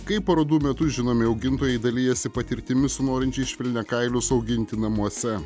kaip parodų metu žinomi augintojai dalijasi patirtimi su norinčiais švelniakailius auginti namuose